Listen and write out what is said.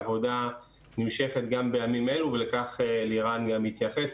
העבודה נמשכת גם בימים אלה ולכך לירן גם התייחס,